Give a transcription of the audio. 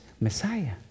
Messiah